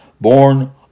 born